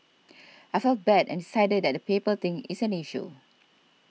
I felt bad and cited that the paper thing is an issue